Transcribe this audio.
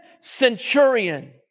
centurion